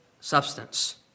substance